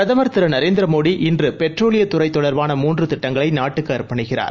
பிரதமர் திரு நரேந்திர மோடி இன்று பெட்ரோலியம் துறை தொடர்பான மூன்று திட்டங்களை நாட்டுக்கு அர்ப்பணிக்கிறார்